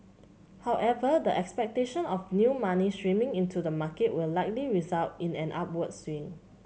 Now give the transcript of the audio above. however the expectation of new money streaming into the market will likely result in an upward swing